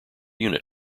unit